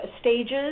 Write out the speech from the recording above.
stages